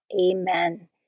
Amen